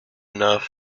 enough